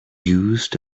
used